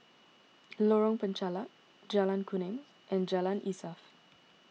Lorong Penchalak Jalan Kuning and Jalan Insaf